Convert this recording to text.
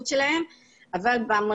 אני באמת מקווה.